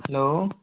hello